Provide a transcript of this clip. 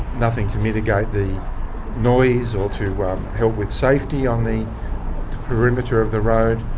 nothing to mitigate the noise or to help with safety on the perimeter of the road,